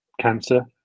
cancer